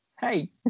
hey